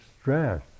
stress